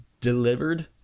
delivered